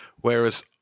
whereas –